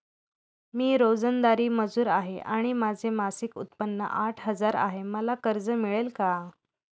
मी रोजंदारी मजूर आहे आणि माझे मासिक उत्त्पन्न आठ हजार आहे, मला कर्ज मिळेल का?